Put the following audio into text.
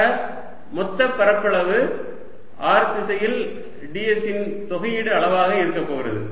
ஆக மொத்த பரப்பளவு r திசையில் ds இன் தொகையீடு அளவாக இருக்கப் போகிறது